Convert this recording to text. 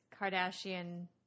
Kardashian